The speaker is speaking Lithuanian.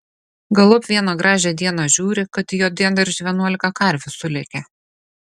galop vieną gražią dieną žiūri kad į jo diendaržį vienuolika karvių sulėkė